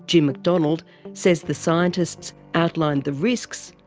jim mcdonald says the scientists outlined the risks,